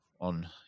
on